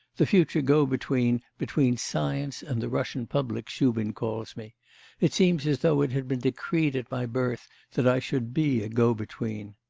the future go-between between science and the russian public shubin calls me it seems as though it had been decreed at my birth that i should be a go-between.